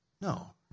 No